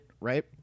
right